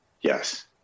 Yes